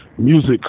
music